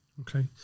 okay